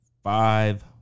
Five